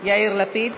יאיר לפיד.